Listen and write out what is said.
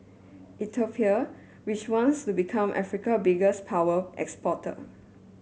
Ethiopia which wants to become Africa biggest power exporter